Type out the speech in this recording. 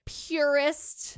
purist